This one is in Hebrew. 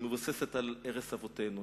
היא מבוססת על ערש אבותינו,